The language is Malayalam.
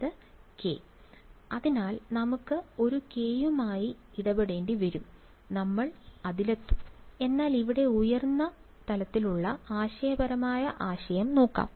വിദ്യാർത്ഥി k k അതിനാൽ നമുക്ക് ആ കെയുമായി ഇടപെടേണ്ടി വരും നമ്മൾ അതിലെത്തും എന്നാൽ ഇവിടെ ഉയർന്ന തലത്തിലുള്ള ആശയപരമായ ആശയം നോക്കാം